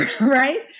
right